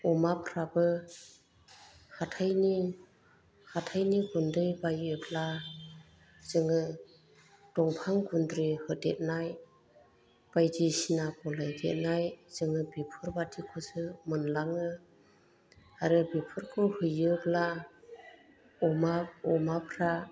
अमाफ्राबो हाथायनि हाथायनि गुन्दै बायोब्ला जोङो दंफां गुन्द्रि होदेथनाय बायदिसिना गलायदेरनाय जोंङो बेफोरबादिखौसो मोनलाङो आरो बेफोरखौ हैयोब्ला अमा अमाफ्रा